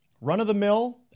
run-of-the-mill